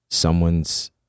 someone's